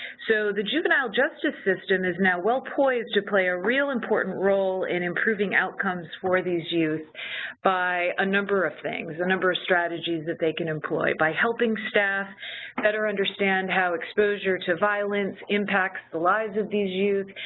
so the juvenile justice system is now well poised to play a real important role in improving outcomes for these youths by a number of things, a number of strategies that they can employ, by helping staff better understand how exposure to violence impacts the lives of these youths,